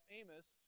Amos